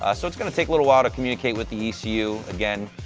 ah so it's going to take a little while to communicate with the so ecu. again,